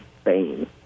Spain